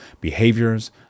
behaviors